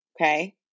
Okay